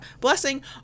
blessing